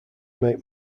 make